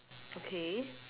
okay